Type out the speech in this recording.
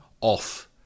off